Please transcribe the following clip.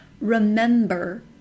remember